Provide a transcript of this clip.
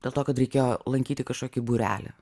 dėl to kad reikėjo lankyti kažkokį būrelį